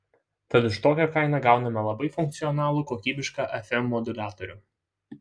tad už tokią kainą gauname labai funkcionalų kokybišką fm moduliatorių